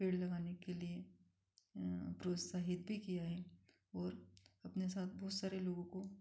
पेड़ लगाने के लिए प्रोत्साहित भी किया है और अपने साथ बहुत सारे लोगों को